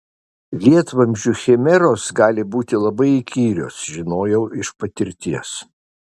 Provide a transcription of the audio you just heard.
lietvamzdžių chimeros gali būti labai įkyrios žinojau iš patirties